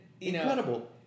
incredible